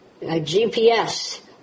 GPS